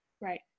Right